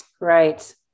Right